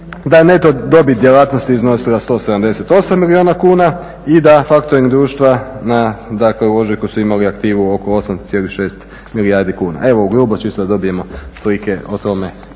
Da je neto dobit djelatnosti iznosila 178 milijuna kuna i da faktoring društva, dakle u ožujku su imali aktivu oko 8,6 milijardi kuna. Evo ugrubo, čisto da dobijemo slike o tome